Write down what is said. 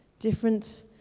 Different